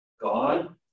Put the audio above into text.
god